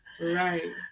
Right